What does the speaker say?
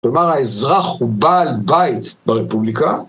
כלומר האזרח הוא בעל בית ברפובליקה?